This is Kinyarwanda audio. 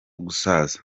gusaza